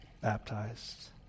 baptized